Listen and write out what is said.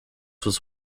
was